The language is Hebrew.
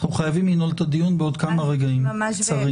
אנחנו חייבים לנעול את הדיון בעוד כמה רגעים קצרים.